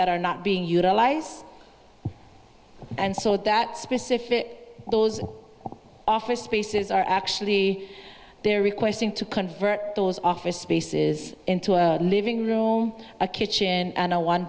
that are not being utilize and so that specific those office spaces are actually they're requesting to convert those office spaces into a living room a kitchen and a one